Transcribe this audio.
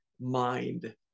mind